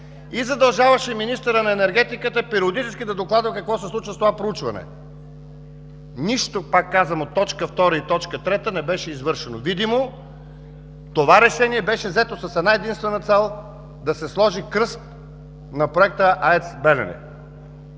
и задължаваше министъра на енергетиката периодически да докладва какво се случва с това проучване. Нищо, пак казвам, от точка втора и точка трета не беше извършено видимо. Това решение беше взето с една-единствена цел – да се сложи кръст на Проекта „АЕЦ „Белене“.